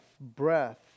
breath